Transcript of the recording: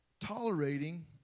tolerating